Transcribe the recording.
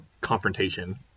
confrontation